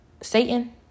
Satan